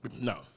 no